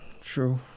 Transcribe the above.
true